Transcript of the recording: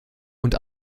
und